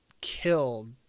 killed